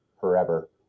forever